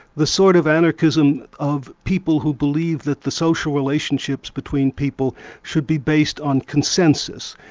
the sort of anarchism of people who believe that the social relationships between people should be based on consensus,